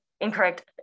Incorrect